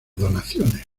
donaciones